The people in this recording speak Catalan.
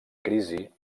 crisi